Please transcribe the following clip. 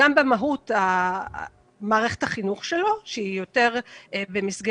גם במהות מערכת החינוך שלו שהיא יותר במסגרת